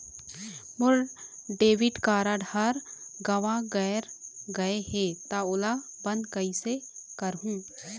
मोर debit card हर गंवा गैर गए हे त ओला बंद कइसे करहूं?